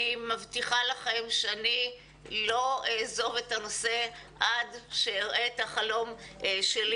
אני מבטיחה לכם שאני לא אעזוב את הנושא עד שאראה את החלום שלי